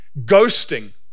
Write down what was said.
ghosting